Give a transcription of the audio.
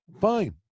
fine